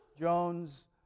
Jones